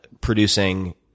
producing